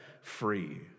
free